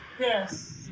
Yes